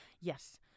Yes